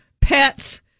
pets